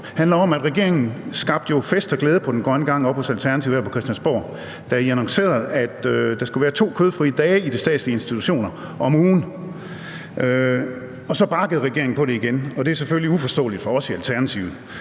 handler om, at regeringen jo skabte fest og glæde på den grønne gang oppe hos Alternativet her på Christiansborg, da I annoncerede, at der skulle være to kødfrie dage om ugen i de statslige institutioner, men så bakkede regeringen på det igen, og det er selvfølgelig uforståeligt for os i Alternativet.